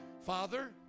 Father